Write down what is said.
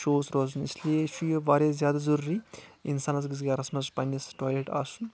شوٗژ روزان اِسیۓ چھُ یہِ واریاہ زیادٕ ضروٗری اِنسانس گَژھِ گَرس منٛز پَننِس ٹولیٹ آسُن